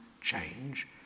change